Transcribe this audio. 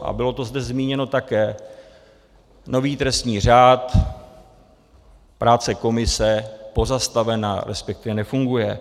A bylo to zde zmíněno také: nový trestní řád práce komise pozastavena, respektive nefunguje.